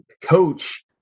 coach